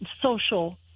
social